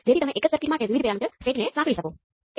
હવે હું અહીં જે બતાવવા માંગતો હતો તે આ ટેબલમાં છે